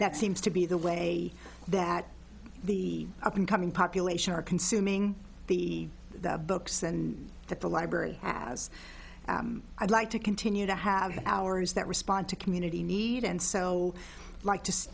that seems to be the way that the up and coming population are consuming the the books and that the library has i'd like to continue to have ours that respond to community need and so like